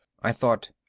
i thought,